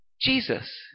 Jesus